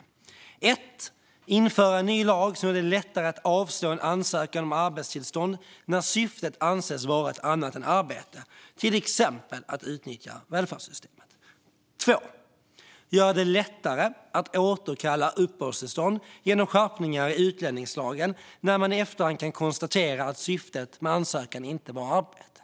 För det första: Inför en ny lag som gör det lättare att avslå en ansökan om arbetstillstånd när syftet anses vara ett annat än arbete, till exempel att utnyttja välfärdssystemet! För det andra: Gör det lättare att återkalla uppehållstillstånd genom skärpningar i utlänningslagen när man i efterhand kan konstatera att syftet med ansökan inte var arbete!